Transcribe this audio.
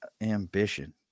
ambition